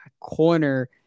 corner